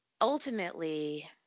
ultimately